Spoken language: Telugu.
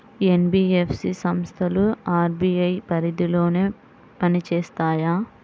ఎన్.బీ.ఎఫ్.సి సంస్థలు అర్.బీ.ఐ పరిధిలోనే పని చేస్తాయా?